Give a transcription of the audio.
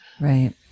right